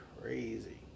crazy